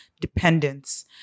dependence